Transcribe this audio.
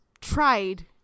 tried